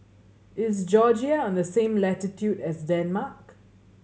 is Georgia on the same latitude as Denmark